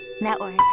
Network